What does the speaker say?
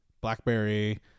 blackberry